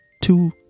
two